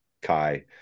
Kai